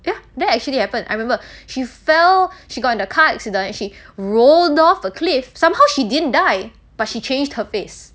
ya that actually happened I remember she fell she got into a car accident and she rolled off a cliff somehow she didn't die but she changed her face